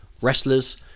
wrestlers